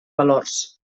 valors